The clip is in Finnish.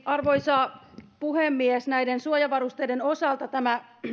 arvoisa puhemies näiden suojavarusteiden osalta tämä